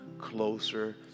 closer